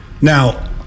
Now